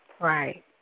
Right